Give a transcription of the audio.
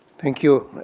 thank you.